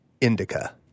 Indica